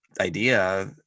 idea